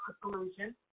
solution